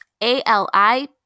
A-L-I